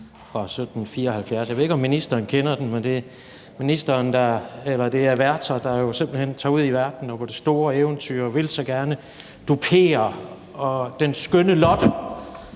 fra 1774. Jeg ved ikke, om ministeren kender den, men det er Werther, der jo simpelt hen tager ud i verden på det store eventyr, og han vil så gerne dupere den skønne Lotte